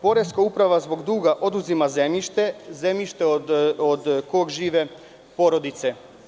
Poreska uprava zbog duga oduzima zemljište od koga žive porodice.